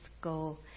go